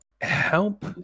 help